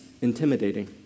intimidating